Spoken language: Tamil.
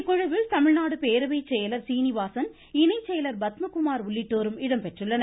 இக்குழுவில் தமிழ்நாடு பேரவை செயலர் சீனிவாசன் இணைச்செயலர் பத்மகுமார் உள்ளிட்டோரும் இடம்பெற்றுள்ளனர்